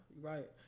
Right